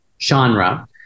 genre